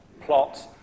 plot